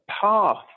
path